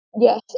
Yes